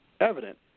evident